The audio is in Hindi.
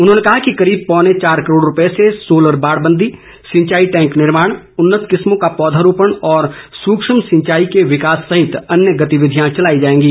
उन्होंने कहा कि करीब पौने चार करोड़ रूपए से सोलर बाड़बंदी सिंचाई टैंक निर्माण उन्नत किस्मों का पौधा रोपण और सूक्ष्म सिंचाई के विकास सहित अन्य गतिविधियां चलाई जाएंगी